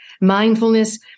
mindfulness